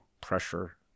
pressure